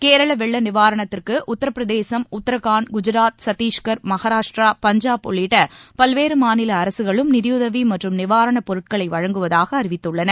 கேரள வெள்ள நிவாரணத்திற்கு உத்தரப்பிரதேசம் உத்தரகாண்ட் குஜாத் சத்தீஸ்கர் மஹாராஷ்ட்ரா பஞ்சாப் உள்ளிட்ட பல்வேறு மாநில அரசுகளும் நிதியுதவி மற்றும் நிவாரணப் பொருட்களை வழங்குவதாக அறிவித்துள்ளன